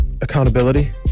Accountability